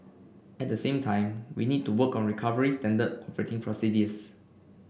at the same time we need to work on recovery standard operating procedures